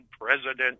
President